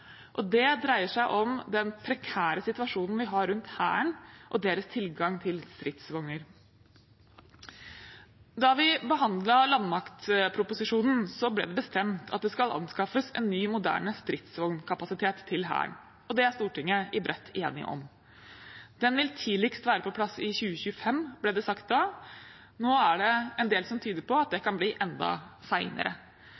Forsvaret. Det dreier seg om den prekære situasjonen vi har rundt Hæren og dens tilgang til stridsvogner. Da vi behandlet landmaktproposisjonen, ble det bestemt at det skal anskaffes en ny, moderne stridsvognkapasitet til Hæren, og det er Stortinget i bredt enige om. Den vil tidligst være på plass i 2025, ble det sagt da. Nå er det en del som tyder på at det